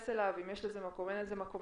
אם יש לזה מקום, אין לזה מקום.